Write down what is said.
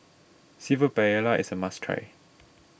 Seafood Paella is a must try